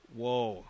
whoa